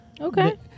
Okay